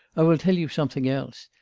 i will tell you something else.